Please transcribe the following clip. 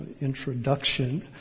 introduction